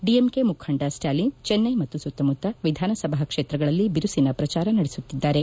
DMK ಮುಖಂಡ ಸ್ವಾಲಿನ್ ಚೆನ್ನೈ ಮತ್ತು ಸುತ್ತಮುತ್ತ ವಿಧಾನಸಭಾ ಕ್ಷೇತ್ರಗಳಲ್ಲಿ ಏರುಸಿನ ಪ್ರಜಾರ ನಡೆಸುತ್ತಿದ್ದಾರೆ